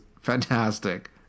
fantastic